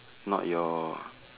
not your